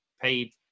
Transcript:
paid